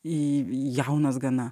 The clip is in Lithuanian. į jaunas gana